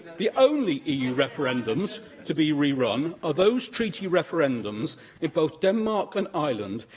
the only eu referendums to be rerun are those treaty referendums in both denmark and ireland,